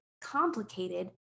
complicated